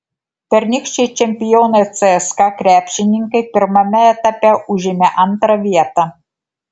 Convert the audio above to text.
pernykščiai čempionai cska krepšininkai pirmame etape užėmė antrą vietą